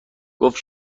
گفت